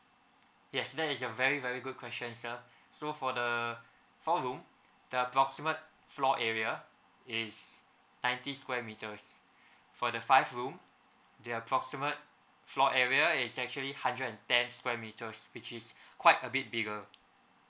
yes that is a very very good questions sir so for the four room the proximate floor area is ninety square meters for the five room the proximate floor area is actually hundred and ten square meters which is quite a bit bigger